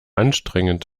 anstrengend